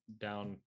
down –